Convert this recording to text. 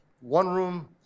one-room